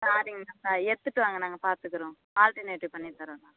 ஸாரிங்கண்ணா ஸாரி எடுத்துகிட்டு வாங்க நாங்கள் பார்த்துக்கறோம் ஆல்ட்டர்னேட்டிவ் பண்ணித்தரோண்ணா